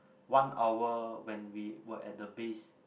one hour when we were at the base